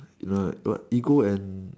you know like what ego and